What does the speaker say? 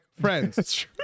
Friends